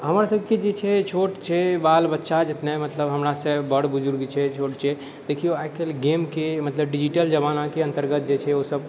हमरसभके जे छै छोट छै बाल बच्चा जितने मतलब हमरासँ बड़ बुजुर्ग छै छोट छै देखियौ आइ काल्हि गेमके मतलब डिजीटल जमानाके अन्तर्गत जे छै ओसभ